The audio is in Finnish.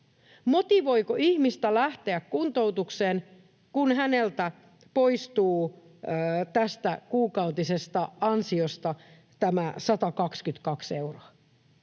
Motivoiko ihmistä lähteä kuntoutukseen, kun häneltä poistuu kuukausittaisesta ansiosta tämä 122 euroa?